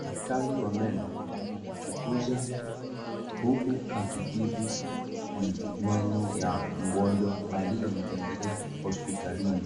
Daktari wa meno amechunguza huku akitibu meno ya mgonjwa aliyemtembela hosipitalini